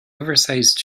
oversized